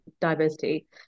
diversity